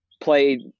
play